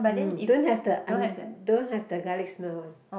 mm don't have the on~ don't have the garlic smell one